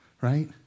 right